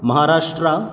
Maharashtra